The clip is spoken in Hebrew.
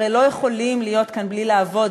הרי הם לא יכולים להיות כאן בלי לעבוד,